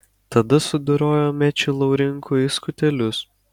tada sudorojo mečį laurinkų į skutelius